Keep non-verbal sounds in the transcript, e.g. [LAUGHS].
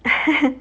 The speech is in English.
[LAUGHS]